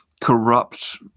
corrupt